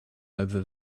over